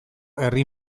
herri